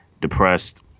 depressed